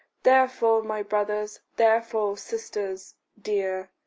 therefore, my brothers, therefore, sisters dear,